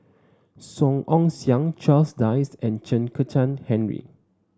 Song Ong Siang Charles Dyce and Chen Kezhan Henri